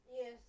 Yes